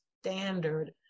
standard